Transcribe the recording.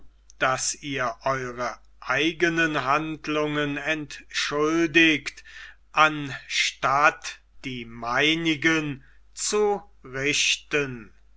daß ihr eure eigenen handlungen entschuldigt anstatt die meinigen zu richten